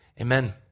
amen